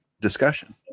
discussion